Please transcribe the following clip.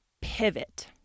Pivot